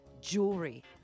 jewelry